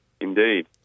Indeed